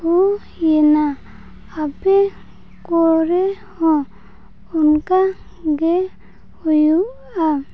ᱦᱩᱭ ᱮᱱᱟ ᱟᱯᱮ ᱠᱚᱨᱮ ᱦᱚᱸ ᱚᱱᱠᱟ ᱜᱮ ᱦᱩᱭᱩᱜᱼᱟ